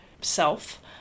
self